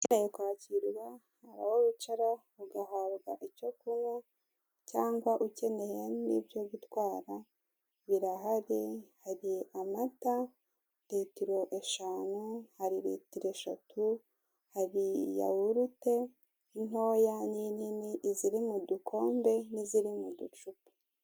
Ukeneye kwakirwa hari aho wicara ugahabwa icyo kunywa cyangwa ukeneye n'ibyo gitwara birahari hari amata litoro eshanu , hari litoro eshatu hari yahorute intoya n'inini, iziri mudukombe n'iziri muducupa.